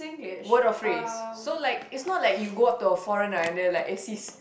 word or phrase so like it's not like you go up to a foreigner and they're like eh sis